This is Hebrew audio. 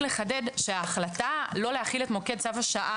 אני נניח לא יודעת שהם מקבלים שירותי טיפות חלב,